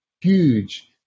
huge